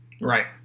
Right